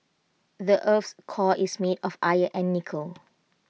the Earth's core is made of iron and nickel